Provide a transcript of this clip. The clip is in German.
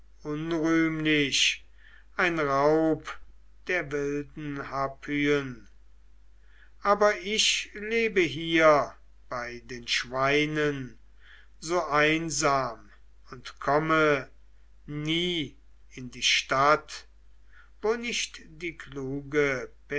unrühmlich ein raub der wilden harpyen aber ich lebe hier bei den schweinen so einsam und komme nie in die stadt wo nicht die kluge